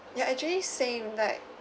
ya actually same like